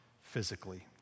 physically